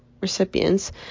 recipients